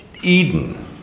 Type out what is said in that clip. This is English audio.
Eden